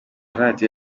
radio